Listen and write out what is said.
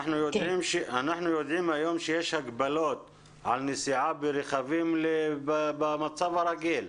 אנחנו יודעים היום שיש הגבלות על נסיעה ברכבים במצב הרגיל.